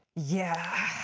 yeah.